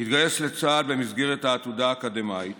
הוא התגייס לצה"ל במסגרת העתודה האקדמית